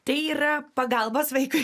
tai yra pagalbos vaikui